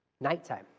nighttime